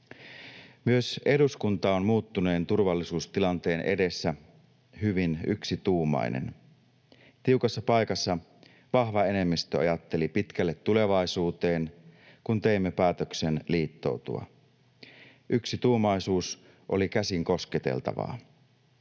Myös eduskunta on muuttuneen turvallisuustilanteen edessä hyvin yksituumainen. Tiukassa paikassa vahva enemmistö ajatteli pitkälle tulevaisuuteen, kun teimme päätöksen liittoutua. Yksituumaisuus oli käsin kosketeltavaa.